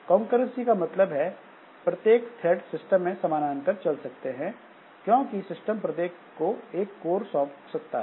concurrency का मतलब है प्रत्येक थ्रेड सिस्टम में समानांतर चल सकते हैं क्योंकि सिस्टम प्रत्येक को एक कोर सौंप सकता है